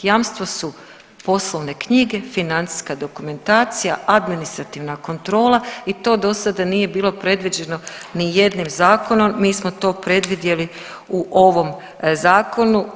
Jamstva su poslovne knjige, financijska dokumentacija, administrativna kontrola i to do sada nije bilo predviđeno nijednim zakonom, mi smo to predvidjeli u ovom zakonu.